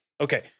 Okay